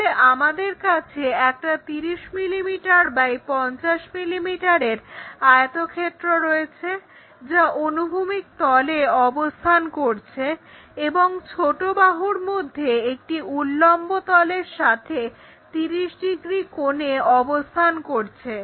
তাহলে আমাদের কাছে একটা 30 মিলিমিটার X 50 মিলিমিটারের আয়তক্ষেত্র রয়েছে যা অনুভূমিক তলে অবস্থান করছে এবং ছোট বাহুর মধ্যে একটি উল্লম্ব তলের সাথে 30 ডিগ্রী কোণে অবস্থান করছে